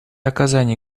оказании